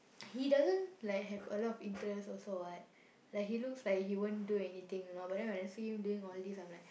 he doesn't like have a lot of interest also [what] like he looks like he won't do anything you know but then when I see him doing all this I'm like